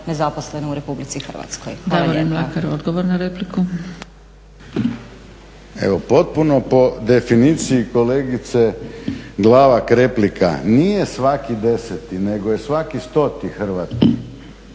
interesa u Republici Hrvatskoj.